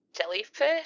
jellyfish